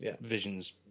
Vision's